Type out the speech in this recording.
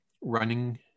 running